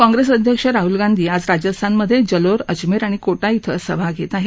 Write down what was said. काँप्रेस अध्यक्ष राहूल गांधी आज राजस्थानमधे जलोर अजमेर आणि कोटा क्रिं सभा घेत आहेत